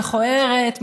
מכוערת,